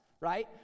Right